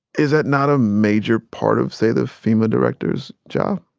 is that not a major part of, say, the fema director's job?